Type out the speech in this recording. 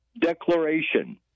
Declaration